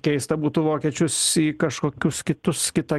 keista būtų vokiečius į kažkokius kitus kitą